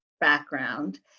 background